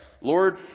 Lord